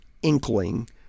inkling